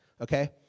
Okay